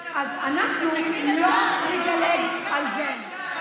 אז אנחנו לא נדלג על זה.